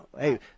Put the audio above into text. hey